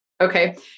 Okay